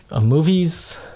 Movies